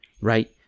right